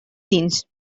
dins